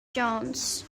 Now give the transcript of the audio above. jones